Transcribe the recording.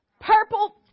Purple